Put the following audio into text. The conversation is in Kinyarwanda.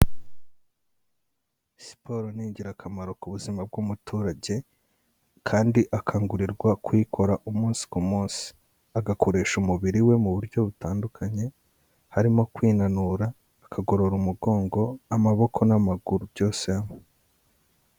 Siporo ni ingirakamaro ku buzima bw'umuturage kandi akangurirwa kuyikora umunsi ku munsi, agakoresha umubiri we mu buryo butandukanye, harimo kwinanura akagorora umugongo, amaboko n'amaguru byose.